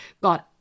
God